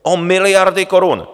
O miliardy korun!